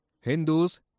Hindus